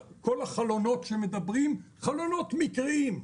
כל החלונות שמדברים, חלונות מקריים.